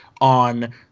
on